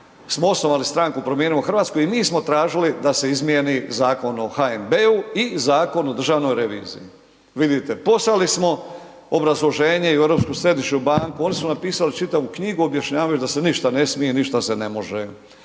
smo osnovali stranku Promijenimo Hrvatsku i mi smo tražili da se izmijeni Zakon o HNB-u i Zakon o državnoj revizijij. Vidite, poslali smo obrazloženje i u Europsku središnju banku, oni su napisali čitavu knjigu objašnjavajući da se ništa ne smije, ništa se ne može.